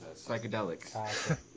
psychedelics